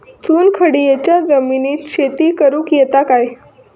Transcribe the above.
चुनखडीयेच्या जमिनीत शेती करुक येता काय?